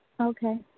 Okay